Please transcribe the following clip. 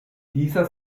dieser